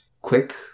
quick